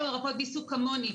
או מרפאות בעיסוק כמוני,